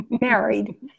married